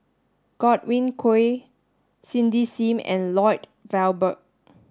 Godwin Koay Cindy Sim and Lloyd Valberg